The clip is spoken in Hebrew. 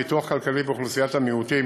לפיתוח כלכלי באוכלוסיית המיעוטים,